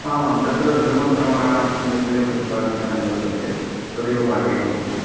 आम् आम् तत्र धर्मप्रमाणानि तत्रैव प्रतिपादितानि वर्तन्ते तदेव पाठयामि अहं